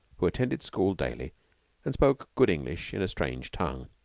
who attended school daily and spoke good english in a strange tongue.